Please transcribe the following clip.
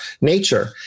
nature